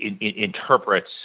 interprets